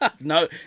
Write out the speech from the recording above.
No